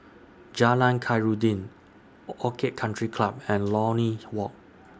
Jalan Khairuddin Or Orchid Country Club and Lornie Walk